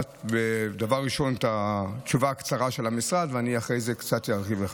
דבר ראשון אני אקרא את התשובה הקצרה של המשרד ואחר כך ארחיב.